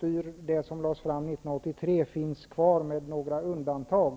1983 finns kvar, med några undantag.